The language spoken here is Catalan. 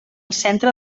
centre